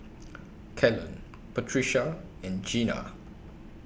Kellen Patricia and Jena